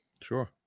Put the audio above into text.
Sure